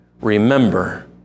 remember